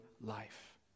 life